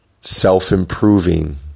self-improving